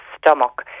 stomach